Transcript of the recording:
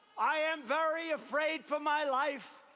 i am very afraid for my life.